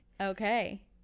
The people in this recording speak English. okay